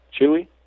Chewy